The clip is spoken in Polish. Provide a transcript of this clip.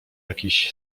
jakiś